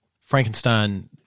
Frankenstein